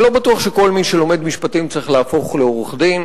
אני לא בטוח שכל מי שלומד משפטים צריך להפוך לעורך-דין.